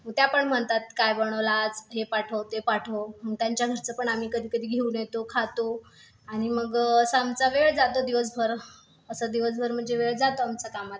त्या पण म्हणतात काय बनवलं आज हे पाठव ते पाठव त्यांच्या घरचं पण आम्ही कधीकधी घेऊन येतो खातो आणि मग असा आमचा वेळ जातो दिवसभर असं दिवसभर म्हणजे वेळ जातो आमचा कामात